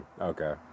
okay